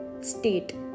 state